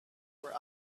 were